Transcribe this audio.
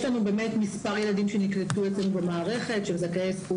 יש לנו מספר ילדים שנקלטו אצלנו במערכת שהם זכאי עלייה.